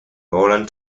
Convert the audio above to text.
holland